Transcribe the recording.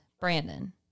Brandon